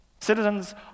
citizens